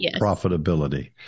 profitability